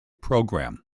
program